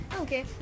Okay